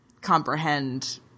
comprehend